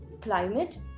climate